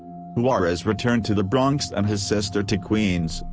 juarez returned to the bronx and his sister to queens,